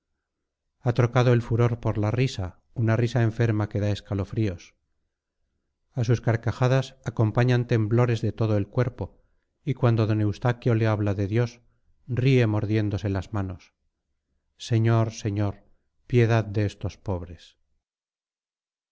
ha trocado el furor por la risa una risa enferma que da escalofríos a sus carcajadas acompañan temblores de todo el cuerpo y cuando d eustaquio le habla de dios ríe mordiéndose las manos señor señor piedad de estos pobres